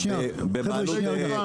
חבר'ה שניה רגע.